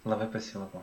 labai pasiilgau